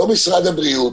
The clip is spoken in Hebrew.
משרד הבריאות,